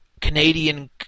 Canadian